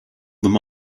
them